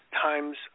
times